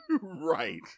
Right